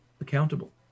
accountable